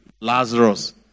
Lazarus